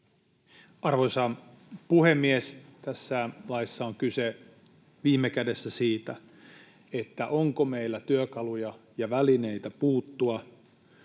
Arvoisa puhemies! Tässä laissa on kyse viime kädessä siitä, onko meillä työkaluja ja välineitä puuttua